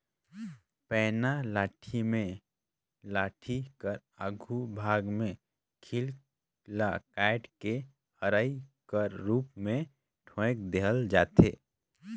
पैना लाठी मे लाठी कर आघु भाग मे खीला ल काएट के अरई कर रूप मे ठोएक देहल जाथे